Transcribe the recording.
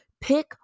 pick